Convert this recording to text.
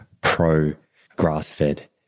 pro-grass-fed